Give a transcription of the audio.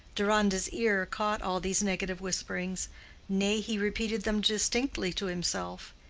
deronda's ear caught all these negative whisperings nay, he repeated them distinctly to himself.